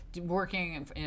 working